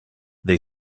they